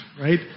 right